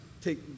take